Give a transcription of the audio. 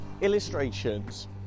illustrations